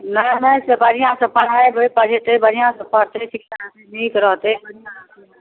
नहि नहि से बढ़िआँसँ पढ़ेबै पढ़ेतै बढ़िआँसँ पढ़तै शिक्षा नीक रहतै बढ़िआँ रहतै ने